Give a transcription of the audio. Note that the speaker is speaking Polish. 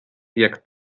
jak